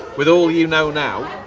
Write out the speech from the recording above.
with all you know now,